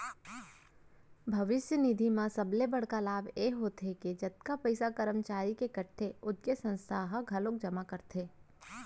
भविस्य निधि म सबले बड़का लाभ ए होथे के जतका पइसा करमचारी के कटथे ओतके संस्था ह घलोक जमा करथे